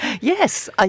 yes